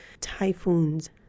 typhoons